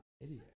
idiot